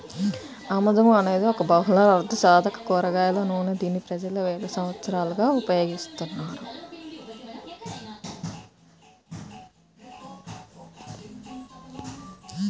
ఆముదం అనేది ఒక బహుళార్ధసాధక కూరగాయల నూనె, దీనిని ప్రజలు వేల సంవత్సరాలుగా ఉపయోగిస్తున్నారు